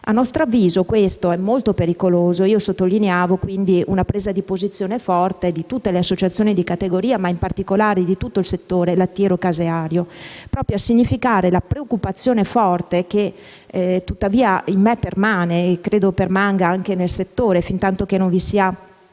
A nostro avviso questo è molto pericoloso ed io sottolineavo una presa di posizione forte di tutte le associazioni di categoria, in particolare del settore lattiero caseario, proprio a significare la forte preoccupazione, che in me permane e credo permanga in tutto il settore, finché non vi sarà